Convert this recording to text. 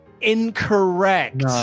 Incorrect